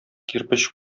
кирпеч